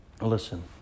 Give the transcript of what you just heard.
Listen